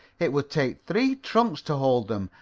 it would take three trunks to hold them,